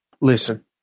Listen